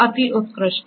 अति उत्कृष्ट